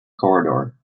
corridor